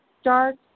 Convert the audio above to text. start